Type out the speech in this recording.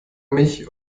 mich